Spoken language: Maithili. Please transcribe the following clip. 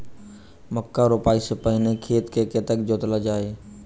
मक्का रोपाइ सँ पहिने खेत केँ कतेक जोतल जाए?